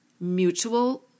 mutual